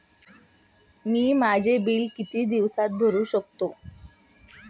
मी माझे बिल किती दिवसांत भरू शकतो?